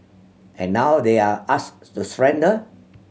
and now they're asked to surrender